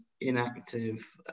inactive